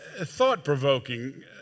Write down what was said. thought-provoking